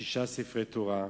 שישה ספרי תורה,